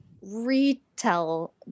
retell